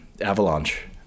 Avalanche